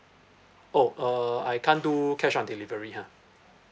oh uh I can't do cash on delivery ha